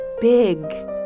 big